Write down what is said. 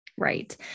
Right